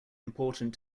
important